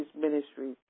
ministry